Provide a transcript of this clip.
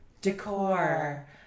decor